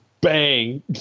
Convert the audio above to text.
bang